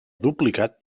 duplicat